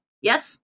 Yes